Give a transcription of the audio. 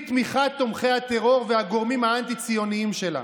תמיכת תומכי הטרור והגורמים האנטי-ציוניים שלה.